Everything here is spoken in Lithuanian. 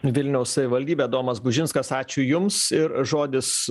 vilniaus savivaldybė domas gudžinskas ačiū jums ir žodis